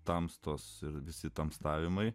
tamstos ir visi tamstavimai